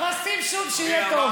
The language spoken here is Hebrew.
היא אמרה: שים שום, שיהיה טוב.